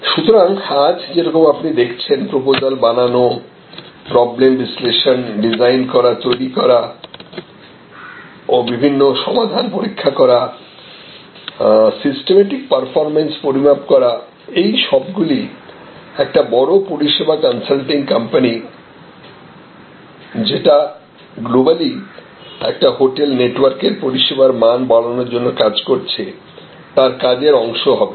সুতরাং আজ যেরকম আপনি দেখছেন প্রপোজাল বানানো প্রবলেম বিশ্লেষণ ডিজাইন করা তৈরি করা ও বিভিন্ন সমাধান পরীক্ষা করা সিস্টেমেটিক পারফরম্যান্স পরিমাপ করা এই সবগুলি একটি বড় পরিষেবা কনসাল্টিং কোম্পানি যেটা গ্লোবালি একটি হোটেল নেটওয়ার্কের পরিষেবার মান বাড়াবার জন্য কাজ করছে তার কাজের অংশ হবে